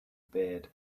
bed